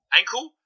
ankle